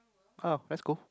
!huh! let's go